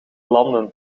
landen